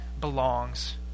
belongs